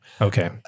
Okay